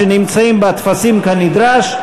שנמצאים בה טפסים כנדרש,